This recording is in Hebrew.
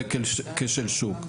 זה כשל שוק.